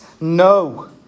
No